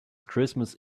christmas